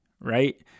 right